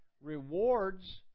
rewards